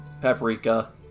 paprika